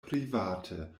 private